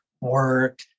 work